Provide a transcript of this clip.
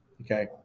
Okay